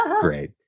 Great